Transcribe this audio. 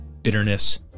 bitterness